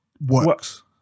works